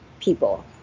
people